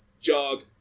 jog